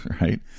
right